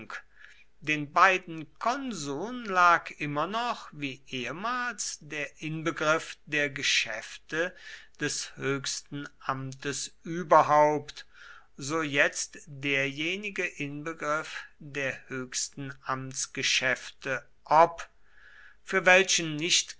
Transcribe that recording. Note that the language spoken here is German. den beiden konsuln lag immer noch wie ehemals der inbegriff der geschäfte des höchsten amtes überhaupt so jetzt derjenige inbegriff der höchsten amtsgeschäfte ob für welchen nicht